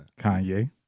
Kanye